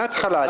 מהתחלה.